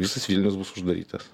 visas vilnius bus uždarytas